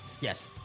Yes